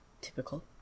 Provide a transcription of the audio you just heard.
Typical